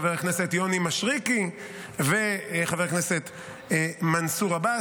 חבר הכנסת יוני מישרקי וחבר הכנסת מנסור עבאס,